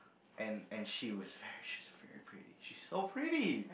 and and she was very pretty she's so pretty